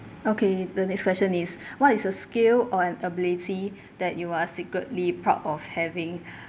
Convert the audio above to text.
okay the next question is what is a skill or an ability that you are secretly proud of having